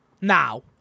Now